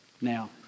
now